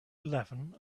eleven